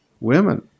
women